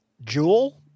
Jewel